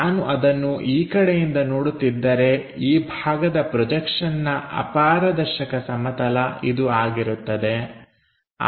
ನಾನು ಅದನ್ನು ಈ ಕಡೆಯಿಂದ ನೋಡುತ್ತಿದ್ದರೆ ಈ ಭಾಗದ ಪ್ರೊಜೆಕ್ಷನ್ನ ಅಪಾರದರ್ಶಕ ಸಮತಲ ಇದು ಆಗಿರುತ್ತದೆ